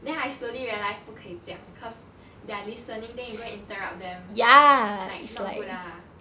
then I slowly realised 不可以这样 because they're listening then you go and interrupt them like not good ah